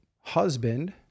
husband